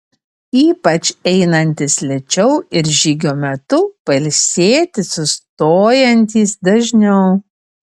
ypač einantys lėčiau ir žygio metu pailsėti sustojantys dažniau